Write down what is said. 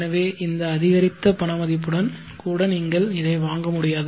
எனவே இந்த அதிகரித்த பண மதிப்புடன் கூட நீங்கள் இதை வாங்க முடியாது